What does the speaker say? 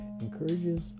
encourages